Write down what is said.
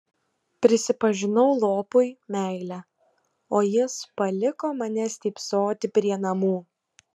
prisipažinau lopui meilę o jis paliko mane stypsoti prie namų